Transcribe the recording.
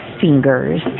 fingers